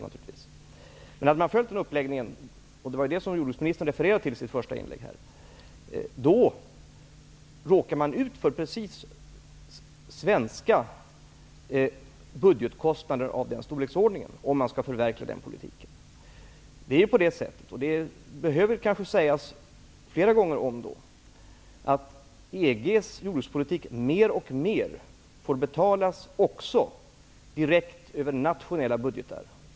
Men om man hade följt den uppläggning som regeringen flaggade för och även offentliggjorde -- det var ju det som jordbruksministern refererade till i sitt första inlägg -- råkar man ut för svenska budgetkostnader i den storleken. EG:s jordbrukspolitik får mer och mer betalas även direkt över nationella budgetar. Det behöver kanske sägas flera gånger om.